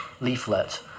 leaflet